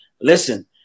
Listen